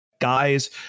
Guys